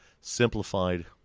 simplified